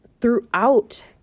throughout